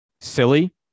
silly